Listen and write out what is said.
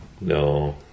No